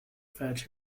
fetch